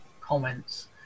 comments